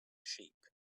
sheep